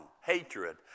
Hatred